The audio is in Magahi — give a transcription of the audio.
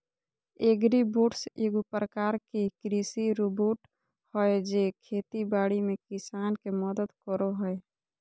एग्रीबोट्स एगो प्रकार के कृषि रोबोट हय जे खेती बाड़ी में किसान के मदद करो हय